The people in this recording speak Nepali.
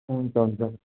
हुन्छ हुन्छ